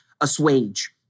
assuage